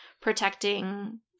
protecting